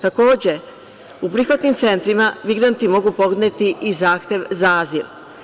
Takođe, u prihvatnim centrima migranti mogu podneti i zahtev za azil.